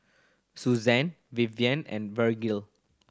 Suzanna Vivian and Vergil